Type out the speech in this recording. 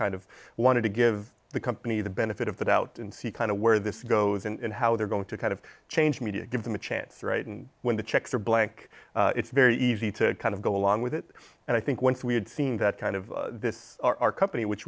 kind of wanted to give the company the benefit of the doubt and see kind of where this goes and how they're going to kind of change media give them a chance right and when the checks are blank it's very easy to kind of go along with it and i think once we had seen that kind of this our company which